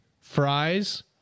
fries